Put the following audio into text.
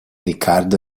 ricardo